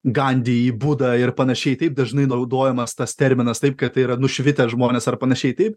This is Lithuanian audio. gandį į budą ir panašiai taip dažnai naudojamas tas terminas taip kad tai yra nušvitę žmonės ar panašiai taip